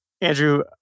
Andrew